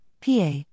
PA